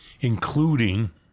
including